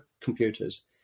computers